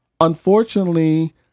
unfortunately